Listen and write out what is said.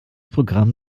programm